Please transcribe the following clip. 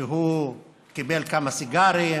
שהוא קיבל כמה סיגרים,